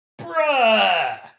bruh